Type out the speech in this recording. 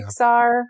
Pixar